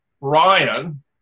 Ryan